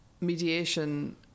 mediation